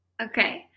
Okay